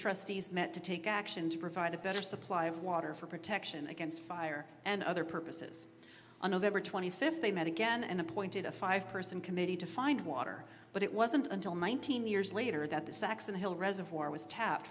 trustees met to take action to provide a better supply of water for protection against fire and other purposes on november twenty fifth they met again and appointed a five person committee to find water but it wasn't until nineteen years later that the saxon hill reservoir was tapped